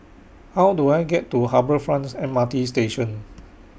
How Do I get to Harbour Fronts M R T Station